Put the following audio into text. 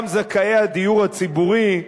גם זכאי הדיור הציבורי,